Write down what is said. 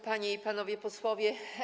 Panie i Panowie Posłowie!